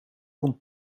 kon